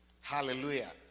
Hallelujah